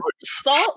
salt